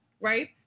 right